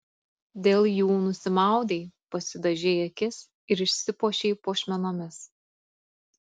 dėl jų nusimaudei pasidažei akis ir išsipuošei puošmenomis